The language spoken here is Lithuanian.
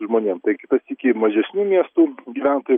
žmonėm tai kitą sykį mažesnių miestų gyventojai